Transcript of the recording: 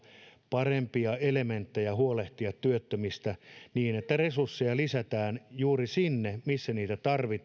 parempia elementtejä huolehtia työttömistä niin että resursseja lisätään juuri sinne missä niitä tarvitaan